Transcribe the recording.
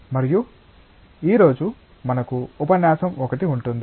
మరియు ఈ రోజు మనకు ఉపన్యాసం 1 ఉంటుంది